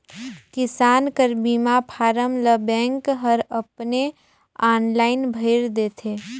किसान कर बीमा फारम ल बेंक हर अपने आनलाईन भइर देथे